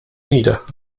nieder